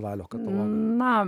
valio na